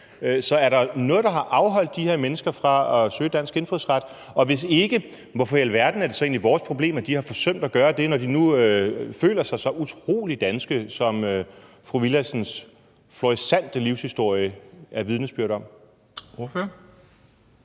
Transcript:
så er der noget, der har afholdt de her mennesker fra at søge dansk indfødsret? Og hvis ikke, hvorfor i alverden er det så egentlig vores problem, at de har forsømt at gøre det, når de nu føler sig så utrolig danske, som fru Maj Villadsens florissante livshistorie er vidnesbyrd om? Kl.